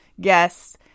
guests